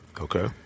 Okay